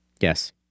Yes